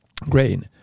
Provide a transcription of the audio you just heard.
grain